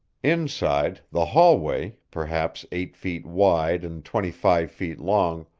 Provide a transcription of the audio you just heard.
inside, the hallway, perhaps eight feet wide and twenty-five feet long,